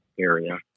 area